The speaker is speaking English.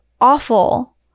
awful